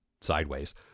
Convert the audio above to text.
sideways